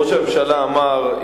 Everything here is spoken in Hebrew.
ראש הממשלה אמר,